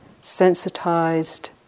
sensitized